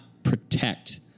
Protect